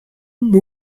know